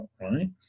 right